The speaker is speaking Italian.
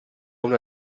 una